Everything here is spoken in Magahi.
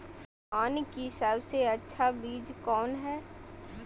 धान की सबसे अच्छा बीज कौन है?